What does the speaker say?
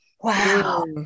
Wow